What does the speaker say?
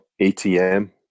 ATM